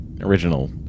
original